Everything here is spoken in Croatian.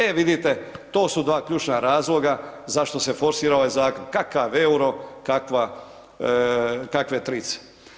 E vidite to su dva ključna razloga zašto se forsira zakon, kakav EUR-o, kakve trice.